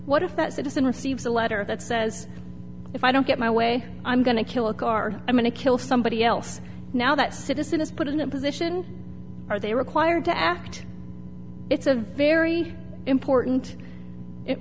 what if that citizen receives a letter that says if i don't get my way i'm going to kill a car i'm going to kill somebody else now that citizen is put in a position are they required to act it's a very important